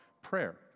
Prayer